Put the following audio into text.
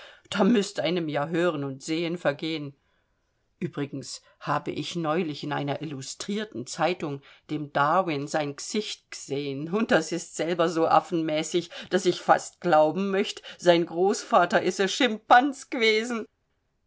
da müßt einem ja hören und sehen vergehen übrigens habe ich neulich in einer illustrierten zeitung dem darwin sein g'sicht g'sehen und das is selber so affenmäßig daß ich fast glauben möcht sein großvater is ä schimpans g'wesen